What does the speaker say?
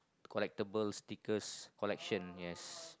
collectable stickers collection yes